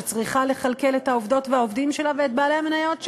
שצריכה לכלכל את העובדות והעובדים שלה ואת בעלי המניות שלה,